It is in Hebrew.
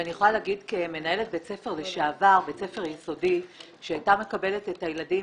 ואני יכולה להגיד כמנהלת בית ספר יסודי לשעבר שהייתה מקבלת את הילדים